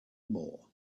more